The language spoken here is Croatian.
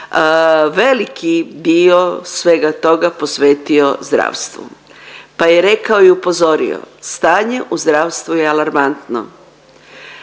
veliki dio svega toga posvetio zdravstvu. Pa je rekao i upozorio stanje u zdravstvu je alarmantno.